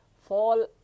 fall